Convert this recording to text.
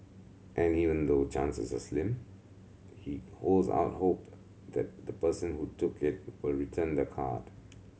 and even though chances are slim he holds out hope that the person who took it will return the card